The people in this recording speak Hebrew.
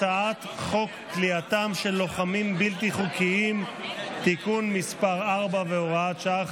הצעת חוק כליאתם של לוחמים בלתי חוקיים (תיקון מס' 4 והוראת שעה,